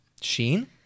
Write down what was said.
Sheen